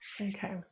okay